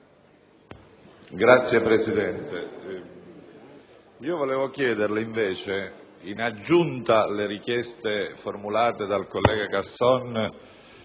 Grazie Presidente,